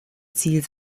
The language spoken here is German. ziel